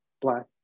Black